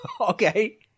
Okay